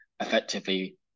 effectively